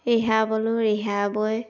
ৰিহা ব'লোঁ ৰিহা বৈ